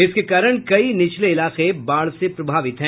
इसके कारण कई निचले इलाके बाढ़ से प्रभावित हैं